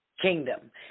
Kingdom